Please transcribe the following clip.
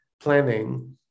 planning